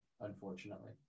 unfortunately